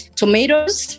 tomatoes